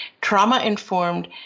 trauma-informed